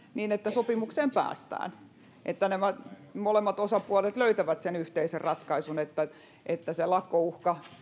sopimukseen päästään ja nämä molemmat osapuolet löytävät yhteisen ratkaisun ja että sitä lakkouhkaa